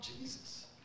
Jesus